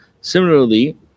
Similarly